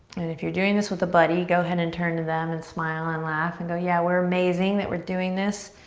and if you're doing this with a buddy, go ahead and turn to them and smile and laugh and go yeah, we're amazing that we're doing this.